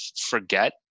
forget